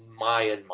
Myanmar